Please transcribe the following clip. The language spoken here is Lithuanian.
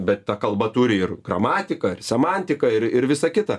bet ta kalba turi ir gramatiką semantiką ir ir visa kita